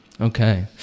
Okay